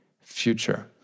future